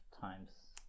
times